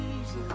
Jesus